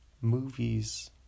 movies